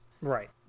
Right